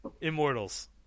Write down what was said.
Immortals